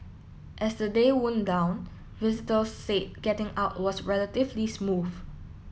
as the day wound down visitors said getting out was relatively smooth